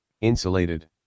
Insulated